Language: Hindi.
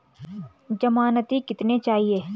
ज़मानती कितने चाहिये?